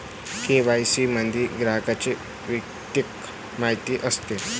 KYC मध्ये ग्राहकाची वैयक्तिक माहिती असते